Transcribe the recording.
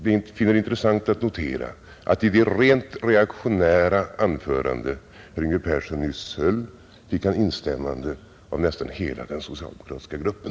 Jag finner det intressant att notera att i det rent reaktionära anförande herr Yngve Persson nyss höll fick han instämmanden av nästan hela den socialdemokratiska gruppen.